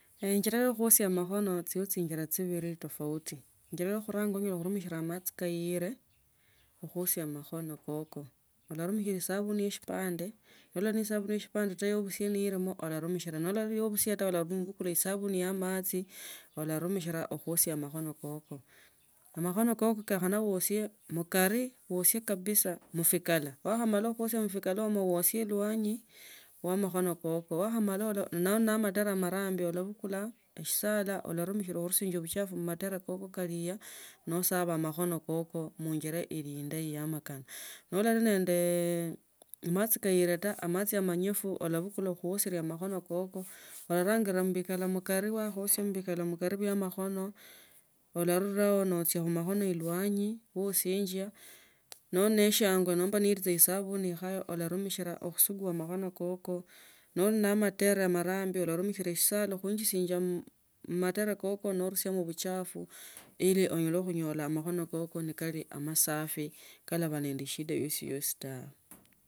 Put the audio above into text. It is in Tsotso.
Injira ya khuosia mikhono chilip chinjila tofauti injira ya khuranga yanumishila ya esipande noli na esabuni ya esipande ya busie nelimo ularumishila, nesilimo taa ularumishila ya machi khuosya amakhono amakhono koko kalaba noosya mkari osie kabisa musikala nokhanola khuasya musikala oosie elwanyi we makhono koko nemala nali ne amadara khandi olabukulia omusiala olarumishila obuchafu mmatora kako kaliya nasaba makhono koko munjara yili indayi ya amakana noraro nende amachi taa amachi amanyifu olabukula khuosela amakhono koko orangila mubikala mmakari wakhaosya mukari mwe makhono olarulao nochiya mmakhoni elwanyi nosinjia noli ne eshiangwe nomba nelisa esabuni ikhaya olonimishela khusugwa amakhono koko noline amatere amarambi ulanimishila eshisala khuinjisianga mmatara koso norusiamo buchafu eli onyole khunyola amakhono koko nikali amasaye kali nonde eshida yosi yosi tawe.